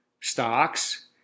stocks